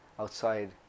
outside